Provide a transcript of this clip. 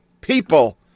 people